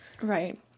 Right